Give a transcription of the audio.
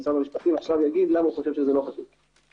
משרד המשפטים יאמר למה הוא חושב שזה לא חשוב עכשיו.